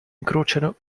incrociano